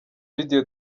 video